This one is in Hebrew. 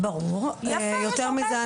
יותר מזה,